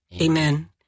Amen